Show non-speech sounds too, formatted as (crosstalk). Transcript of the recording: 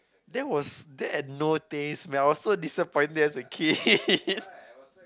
there was that had no taste man I was so disappointed as kid (laughs)